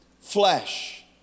flesh